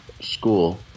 school